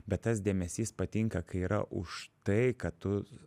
bet tas dėmesys patinka kai yra už tai kad tu